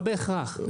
לא בהכרח,